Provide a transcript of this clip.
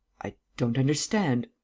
i don't understand.